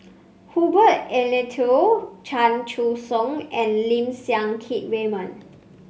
Herbert Eleuterio Chan Choy Siong and Lim Siang Keat Raymond